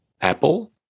Apple